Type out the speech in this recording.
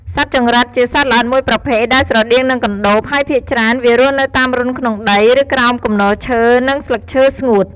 សត្វចង្រិតជាសត្វល្អិតមួយប្រភេទ ដែលស្រដៀងនឹងកណ្ដូប ហើយភាគច្រើន វារស់នៅតាមរន្ធក្នុងដី ឬក្រោមគំនរឈើ និង ស្លឹកឈើស្ងួត។ ។